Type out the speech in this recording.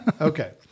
Okay